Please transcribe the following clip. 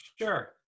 sure